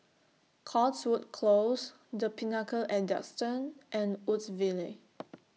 Cotswold Close The Pinnacle At Duxton and Woodsville